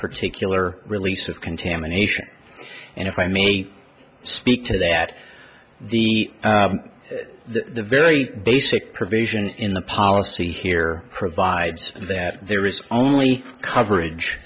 particular release of contamination and if i may speak to that the the very basic provision in the policy here provides that there is only coverage